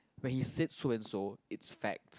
when he said so and so it's fact